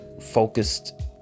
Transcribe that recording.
focused